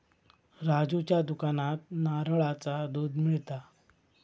राजूच्या दुकानात नारळाचा दुध मिळता